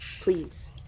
Please